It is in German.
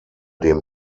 dem